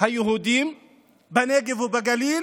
היהודים בנגב ובגליל